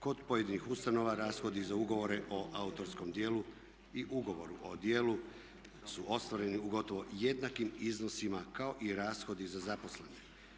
Kod pojedinih ustanova rashodi za ugovore o autorskom djelu i ugovoru o djelu su ostvareni u gotovo jednakim iznosima kao i rashodi za zaposlene.